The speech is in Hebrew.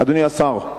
אדוני השר,